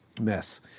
mess